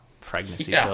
pregnancy